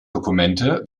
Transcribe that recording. dokumente